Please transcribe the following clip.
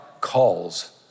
calls